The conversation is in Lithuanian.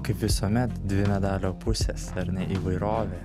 kaip visuomet dvi medalio pusės ar ne įvairovė